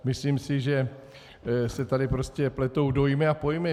Myslím si, že se tady prostě pletou dojmy a pojmy.